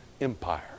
Empire